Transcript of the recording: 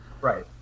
Right